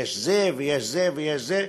יש זה ויש זה ויש זה,